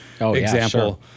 example